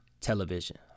television